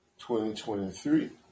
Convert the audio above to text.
2023